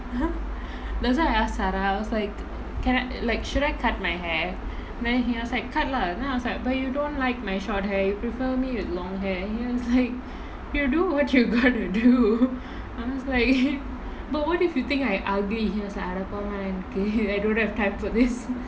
that's why I ask zarah I was like can I like should I cut my hair then he was like cut lah then I was like but you don't like my short hair you prefer me with long hair he was like you do what you got to do I was like but what if you think I ugly he was அட போமா எனக்கு:ada pomaa enakku I don't have time for this